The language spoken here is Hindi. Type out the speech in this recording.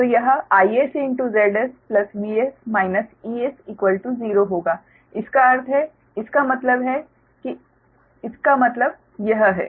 तो यह IsZsVs Es0 होगा इसका अर्थ है इसका मतलब है कि इसका मतलब यह है